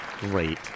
great